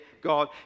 God